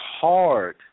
hard